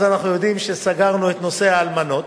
אנחנו יודעים שסגרנו את נושא האלמנות.